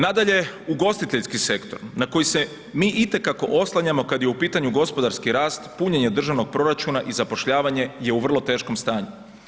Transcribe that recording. Nadalje, ugostiteljski sektor na koji se mi i te kako oslanjamo kad je u pitanju gospodarski rast, punjenje državnog proračuna i zapošljavanje je u vrlo teškom stanju.